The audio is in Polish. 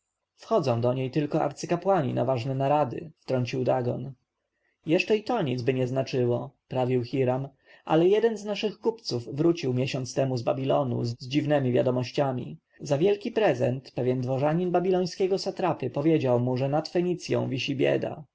wchodzą do niej tylko arcykapłani na ważne narady wtrącił dagon jeszcze i to nicby nie znaczyło prawił hiram ale jeden z naszych kupców wrócił miesiąc temu z babilonu z dziwnemi wiadomościami za wielki prezent pewien dworzanin babilońskiego satrapy powiedział mu że nad fenicją wisi bieda